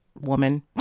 woman